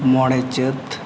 ᱢᱚᱬᱮ ᱪᱟᱹᱛ